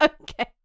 Okay